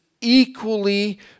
equally